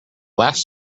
last